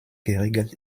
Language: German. geregelt